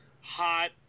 hot